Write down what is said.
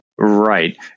Right